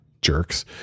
jerks